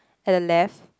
at the left